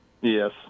Yes